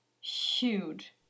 huge